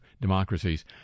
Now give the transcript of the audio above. democracies